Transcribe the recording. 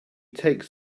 takes